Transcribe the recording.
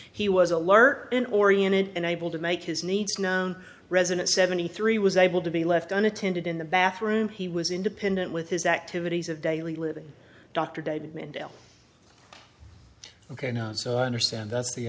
he was alert and oriented and able to make his needs known resident seventy three was able to be left unattended in the bathroom he was independent with his activities of daily living dr david mendell ok so i understand